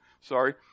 sorry